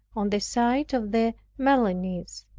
on the side of the milanese.